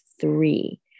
three